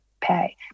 pay